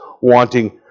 wanting